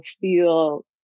feel